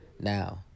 Now